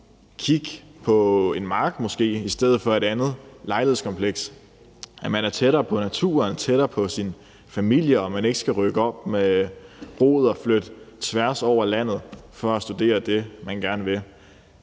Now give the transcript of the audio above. kigge på en mark i stedet for et andet lejlighedskompleks, være tættere på naturen, tættere på sin familieog ikke skulle rykkes op med rodog flytte tværs over landet for at studere det, man gerne vil.